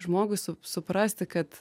žmogui su suprasti kad